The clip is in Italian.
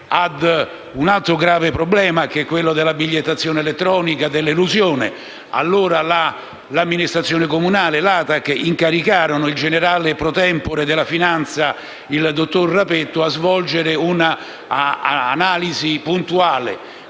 un altro grave problema, quello della bigliettazione elettronica e dell'elusione. L'amministrazione comunale e l'ATAC incaricarono *pro tempore* il generale della finanza, dottor Rapetto, a svolgere un'analisi puntuale.